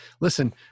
listen